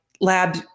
lab